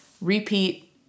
repeat